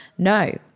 No